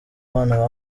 bana